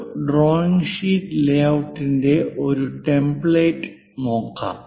ഒരു drawing sheet ലേഔട്ട്ന്റെ ഒരു ടെംപ്ലേറ്റ് നോക്കാം